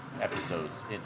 episodes